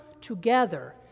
together